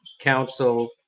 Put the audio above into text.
Council